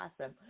awesome